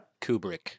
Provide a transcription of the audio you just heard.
Kubrick